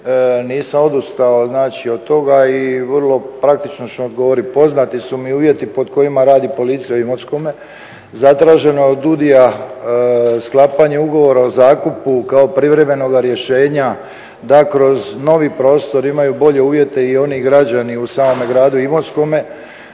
nisam odustao znači od toga i vrlo praktično ću odgovoriti, poznati su mi uvjeti pod kojima radi policija u Imotskome. Zatraženo je od DUDI-a sklapanje ugovora o zakupu kao privremenoga rješenja da kroz novi prostor imaju bolje uvjete i oni građani u samome gradu Imotskome.